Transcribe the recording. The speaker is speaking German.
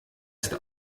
ist